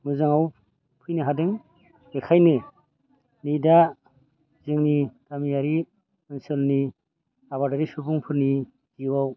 मोजाङाव फैनो हादों बेनिखायनो नै दा जोंनि गामियारि ओनसोलनि आबादारि सुबुंफोरनि जिउआव